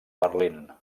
berlín